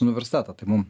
universitetą tai mum